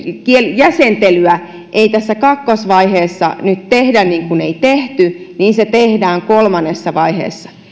jäsentelyjä ei tässä kakkosvaiheessa nyt tehdä niin kuin ei tehty niin se tehdään kolmannessa vaiheessa